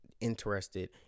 interested